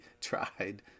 tried